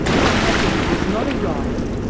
what happened was not a riot,